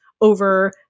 over